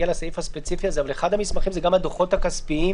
לסעיף הספציפי אחד המסמכים הוא גם הדוחות הכספיים